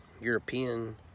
European